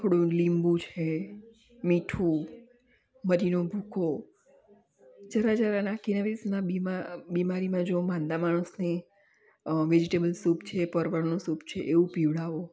થોડું લીંબુ છે મીઠું મરીનો ભુકો જરા જરા નાખીને આવી રીતના બિમારીમાં જો માંદા માણસને વેજીટેબલ સૂપ છે પરવરનો સૂપ છે એવું પીવડાવો